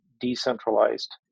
decentralized